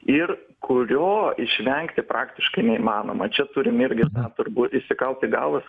ir kurio išvengti praktiškai neįmanoma čia turim irgi turbūt įsikalt į galvas